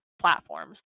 platforms